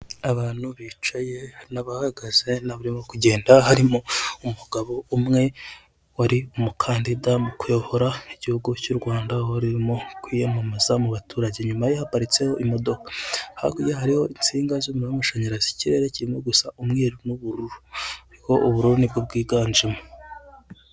Abantu bicaye n'abahagaze n'abarimo kugenda, harimo umugabo umwe wari umukandida mu kuyobora igihugu cy'u Rwanda, warurimo kwiyamamaza mu baturage. Inyuma ye haparisteho imodoka. Hakurya hariho insinga z'umuriro w'amashanyarazi, ikirere kirimo gusa umweru n'ubururu, ariko ubururu nibwo bwiganjemo.